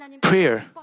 prayer